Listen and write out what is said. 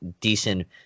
decent